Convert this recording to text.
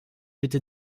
bitte